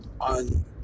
on